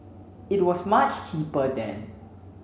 it was much cheaper then